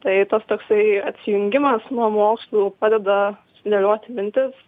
tai tas toksai atsijungimas nuo mokslų padeda dėlioti mintis